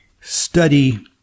study